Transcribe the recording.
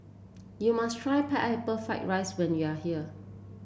you must try Pineapple Fried Rice when you are here